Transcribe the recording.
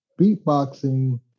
beatboxing